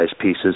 pieces